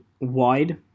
wide